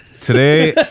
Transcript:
Today